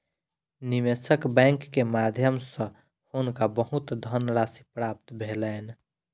निवेशक बैंक के माध्यम सॅ हुनका बहुत धनराशि प्राप्त भेलैन